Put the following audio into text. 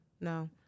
no